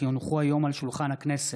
כי הונחו היום על שולחן הכנסת,